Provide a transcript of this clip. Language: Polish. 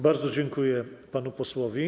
Bardzo dziękuję panu posłowi.